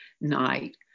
night